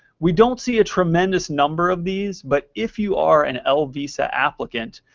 we don't see a tremendous number of these, but if you are an l visa applicant,